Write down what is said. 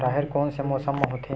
राहेर कोन से मौसम म होथे?